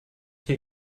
hier